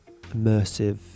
immersive